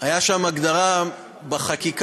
הייתה שם הגדרה בחקיקה,